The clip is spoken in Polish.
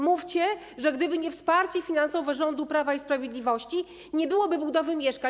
Mówcie, że gdyby nie wsparcie finansowe rządu Prawa i Sprawiedliwości, nie byłoby budowy mieszkań.